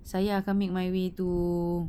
saya akan make my way to